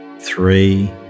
Three